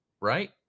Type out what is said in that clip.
right